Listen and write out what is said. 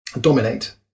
Dominate